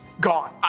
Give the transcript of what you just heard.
gone